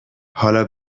حالا